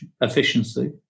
efficiency